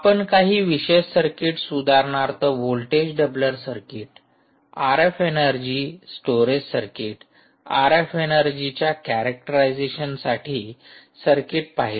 आपण काही विशेष सर्किट्स उदाहरणार्थ voltage doubler circuit R F energy storage circuit R F energy च्या कॅरेक्टरायझेशन साठी सर्किट पाहिलं